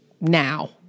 now